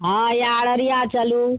हँ या अररिया चलू